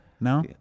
No